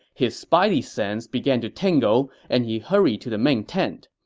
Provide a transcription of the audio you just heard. his spidey sense began to tingle and he hurried to the main tent.